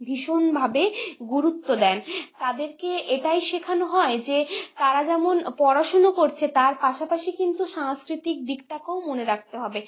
ভীষণভাবে গুরুত্ব দেন তাদেরকে এটাই শেখানো হয় যে তারা যেমন পড়াশুনো করছে তার পাশাপাশি কিন্তু সাংস্কৃতিক দিকটাকেও মনে রাখতে হবে